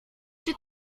czy